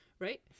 right